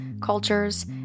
cultures